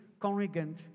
congregant